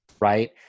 right